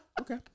Okay